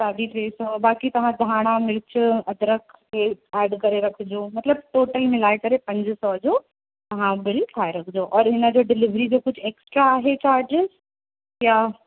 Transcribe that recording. साढी टे सौ बाक़ी तव्हां धाणा मिर्च अदरक हे एड करे रखिजो मतिलब टोटल मिलाए करे पंज सौ जो तव्हां बिल ठाहे रखिजो और हिन जो डिलीवरी जो कुझु एक्स्ट्रा आहे चार्ज या